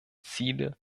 ziele